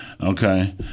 Okay